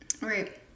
Right